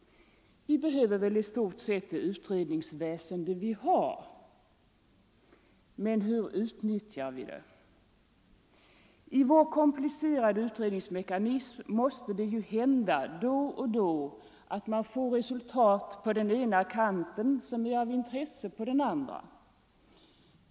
Vi behöver väl i stort sett det utredningsväsende vi har. Men hur utnyttjar vi det? I vår komplicerade utredningsmekanism måste det ju hända då och då att man får resultat på den ena kanten som är av intresse på den andra.